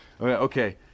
Okay